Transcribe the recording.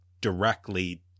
directly